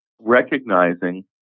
recognizing